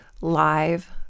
live